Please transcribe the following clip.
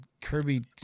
Kirby